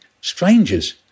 strangers